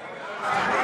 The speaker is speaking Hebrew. אני גם,